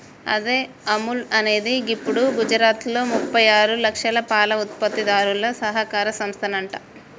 అదే అముల్ అనేది గిప్పుడు గుజరాత్లో ముప్పై ఆరు లక్షల పాల ఉత్పత్తిదారుల సహకార సంస్థనంట